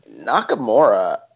Nakamura